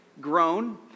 Grown